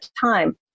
time